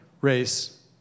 race